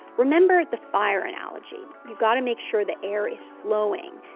remember the fire analogy. you've got to make sure the air is flowing,